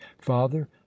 father